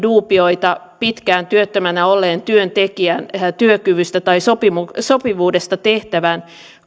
duubioita pitkään työttömänä olleen työntekijän työkyvystä tai sopivuudesta sopivuudesta tehtävään